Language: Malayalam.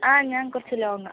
ആ ഞാൻ കുറച്ച് ലോങാ